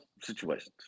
situations